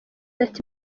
ati